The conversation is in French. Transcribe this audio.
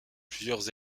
plusieurs